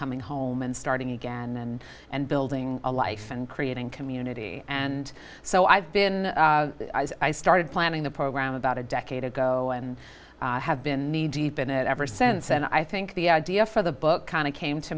coming home and starting again and building a life and creating community and so i've been i started planning the program about a decade ago and have been kneedeep in it ever since and i think the idea for the book kind of came to